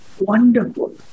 wonderful